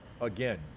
again